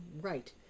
right